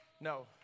No